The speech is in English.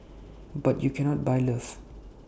but you cannot buy love